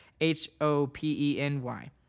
H-O-P-E-N-Y